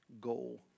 goal